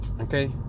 Okay